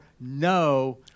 no